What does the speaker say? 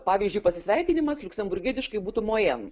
pavyzdžiui pasisveikinimas liuksemburgietiškai būtų mojen